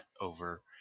over